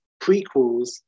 prequels